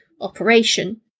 operation